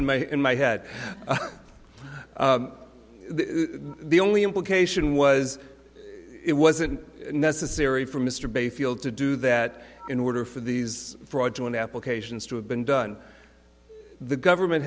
in my in my head the only implication was it wasn't necessary for mr bayfield to do that in order for these fraudulent applications to have been done the government